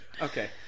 Okay